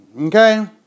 Okay